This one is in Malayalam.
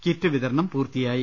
കിറ്റ് വിതരണം പൂർത്തിയായി